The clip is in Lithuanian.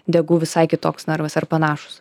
degu visai kitoks narvas ar panašūs